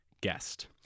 guest